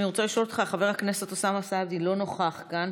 אני רוצה לשאול אותך: חבר הכנסת אוסאמה סעדי לא נוכח כאן,